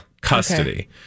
custody